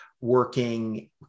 working